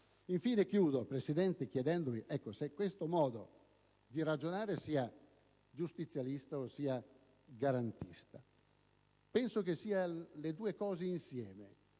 Infine, signor Presidente, mi chiedo se questo modo di ragionare sia giustizialista o garantista. Penso che sia le due cose insieme